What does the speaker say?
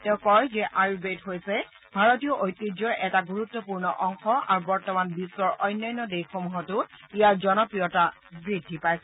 তেওঁ কয় যে আৰ্য়ুবেদ হৈছে ভাৰতীয় ঐতিহ্যৰ এটা গুৰুত্বপূৰ্ণ অংশ আৰু বৰ্তমান বিশ্বৰ অন্যান্য দেশসমূহতো ইয়াৰ জনপ্ৰিয়তা বৃদ্ধি পাইছে